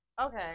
Okay